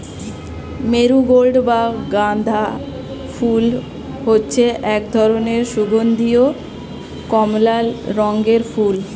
marigold বা গাঁদা ফুল হচ্ছে এক ধরনের সুগন্ধীয় কমলা রঙের ফুল